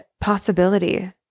possibility